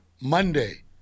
Monday